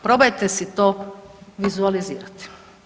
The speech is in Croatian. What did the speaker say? Probajte si to vizualizirati.